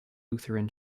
lutheran